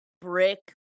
brick